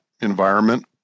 environment